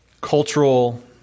cultural